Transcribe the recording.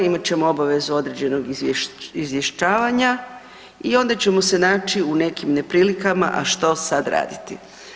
Imat ćemo obavezu određenog izvještavanja i onda ćemo se naći u nekim neprilikama, a što sad raditi.